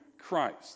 Christ